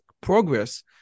progress